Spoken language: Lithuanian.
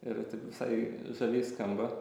ir taip visai žaviai skamba